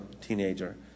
teenager